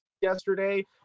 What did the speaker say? yesterday